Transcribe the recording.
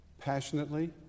Passionately